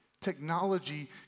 Technology